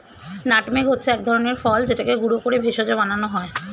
nutmeg হচ্ছে এক ধরনের ফল যেটাকে গুঁড়ো করে ভেষজ বানানো হয়